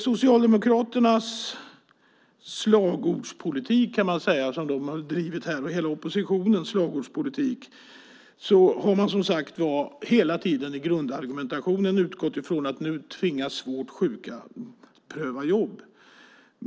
Socialdemokraterna och oppositionen har i den slagordspolitik som de har drivit här hela tiden i grundargumentationen utgått från att svårt sjuka nu tvingas pröva jobb.